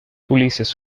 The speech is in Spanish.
ulises